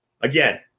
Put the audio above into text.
Again